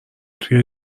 توی